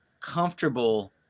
comfortable